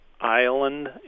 Island